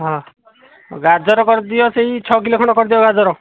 ହଁ ଗାଜର କରିଦିଅ ସେଇ ଛଅ କିଲୋ ଖଣ୍ଡେ କରିଦିଅ ଗାଜର